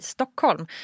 Stockholm